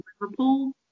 Liverpool